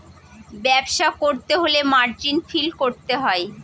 ব্যবসা করতে হলে মার্জিন ফিল করতে হয়